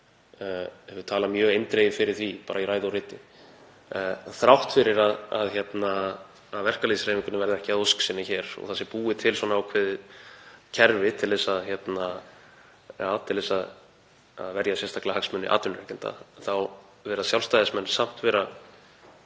hefur talað mjög eindregið fyrir því í ræðu og riti — þrátt fyrir að verkalýðshreyfingunni verði ekki að ósk sinni hér og búið sé til ákveðið kerfi til að verja sérstaklega hagsmuni atvinnurekenda — virðast Sjálfstæðismenn samt vera